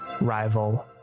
rival